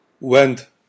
went